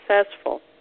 successful